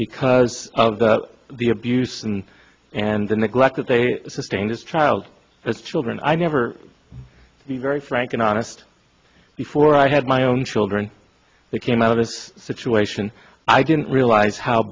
because of the abuse and and the neglect that they sustained as child children i never be very frank and honest before i had my own children that came out of this situation i didn't realize how